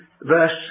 verse